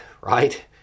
right